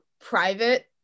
private